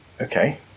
Okay